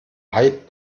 hype